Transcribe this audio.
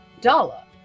Dala